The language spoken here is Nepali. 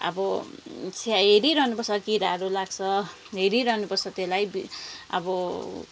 अब स्या हेरिरहनुपर्छ किराहरू लाग्छ हेरिरहनुपर्छ त्यसलाई अब